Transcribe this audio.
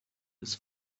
this